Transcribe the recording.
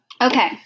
Okay